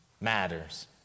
matters